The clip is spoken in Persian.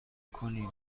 کنیم